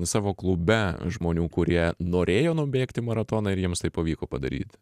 savo klube žmonių kurie norėjo nubėgti maratoną ir jiems tai pavyko padaryti